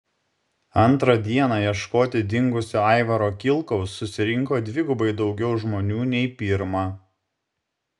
antrą dieną ieškoti dingusio aivaro kilkaus susirinko dvigubai daugiau žmonių nei pirmą